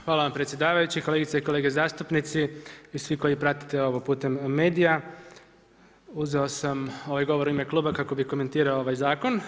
Hvala vam predsjedavajući, kolegice i kolege zastupnici i svi koji pratite ovo putem medija, uzeo sam ovaj govor u ime kluba kako bih komentirao ovaj zakon.